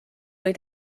kui